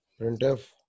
printf